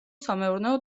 სამეურნეო